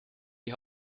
die